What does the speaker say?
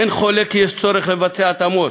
אין חולק כי צריך לערוך התאמות.